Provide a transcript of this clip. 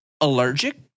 allergic